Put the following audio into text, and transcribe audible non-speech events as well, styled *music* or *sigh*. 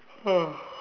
*noise*